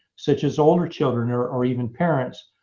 such as older children or or even parents?